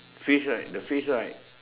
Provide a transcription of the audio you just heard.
fish right the fish right